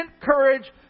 courage